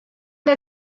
der